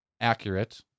accurate